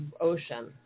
ocean